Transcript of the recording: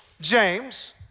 James